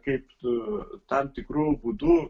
kaip tu tam tikru būdu